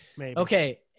okay